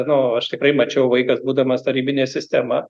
nu aš tikrai mačiau vaikas būdamas tarybinė sistema